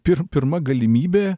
pir pirma galimybė